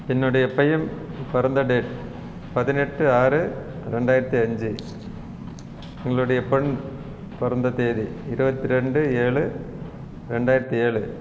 என்னுடைய பையன் பிறந்த டேட் பதினெட்டு ஆறு ரெண்டாயிரத்து அஞ்சு எங்களுடைய பெண் பிறந்த தேதி இருபத்தி ரெண்டு ஏழு ரெண்டாயிரத்து ஏழு